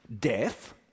death